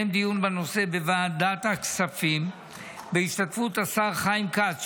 דיון בנושא בוועדת הכספים בהשתתפות השר חיים כץ,